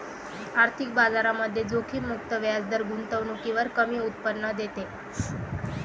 आर्थिक बाजारामध्ये जोखीम मुक्त व्याजदर गुंतवणुकीवर कमी उत्पन्न देते